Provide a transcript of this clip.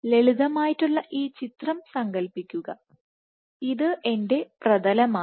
ലളിതമായിട്ടുള്ള ഒരു ചിത്രം സങ്കൽപ്പിക്കുക ഇത് എൻറെ പ്രതലമാണ്